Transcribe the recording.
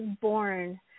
born